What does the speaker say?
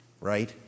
right